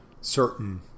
certain